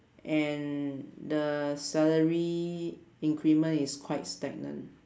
and the salary increment is quite stagnant